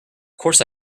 course